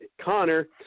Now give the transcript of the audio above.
Connor